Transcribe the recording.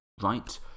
right